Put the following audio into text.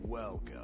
Welcome